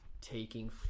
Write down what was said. taking